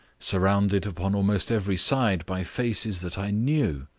surrounded upon almost every side by faces that i knew.